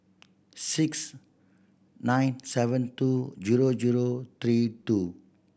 six nine seven two zero zero three two